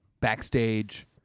backstage